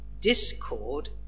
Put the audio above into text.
discord